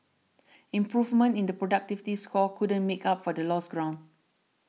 improvement in the productivity score couldn't make up for the lost ground